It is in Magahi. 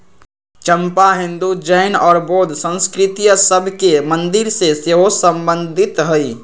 चंपा हिंदू, जैन और बौद्ध संस्कृतिय सभ के मंदिर से सेहो सम्बन्धित हइ